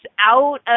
out